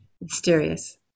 mysterious